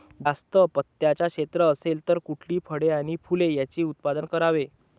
जास्त पात्याचं क्षेत्र असेल तर कुठली फळे आणि फूले यांचे उत्पादन करावे?